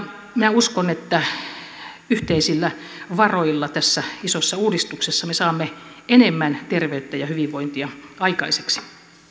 minä uskon että yhteisillä varoilla tässä isossa uudistuksessa me saamme enemmän terveyttä ja hyvinvointia aikaiseksi